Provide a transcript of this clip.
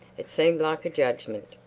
it seemed like a judgmint.